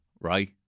right